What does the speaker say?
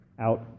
out